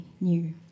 new